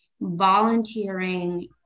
volunteering